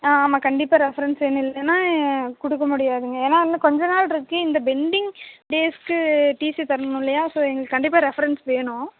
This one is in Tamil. ஆ ஆமாம் கண்டிப்பாக ரெஃபரன்ஸ் வேணும் இல்லைனா கொடுக்க முடியாதுங்க ஏன்னா இன்னும் கொஞ்சம் நாளிருக்கு இந்த பெண்டிங் டேஸ்க்கு டீசி தரணும் இல்லையா ஸோ எங்களுக்கு கண்டிப்பாக ரெஃபரன்ஸ் வேணும்